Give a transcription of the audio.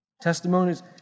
testimonies